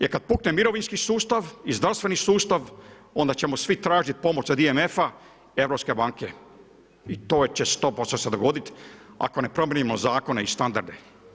Jer kad pukne mirovinski sustav i zdravstveni sustav, onda ćemo svi tražiti pomoć od IMF-a, Europske banke i to će se 100% dogoditi ako ne promijenimo zakone i standarde.